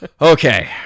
okay